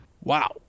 Wow